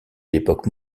l’époque